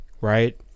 right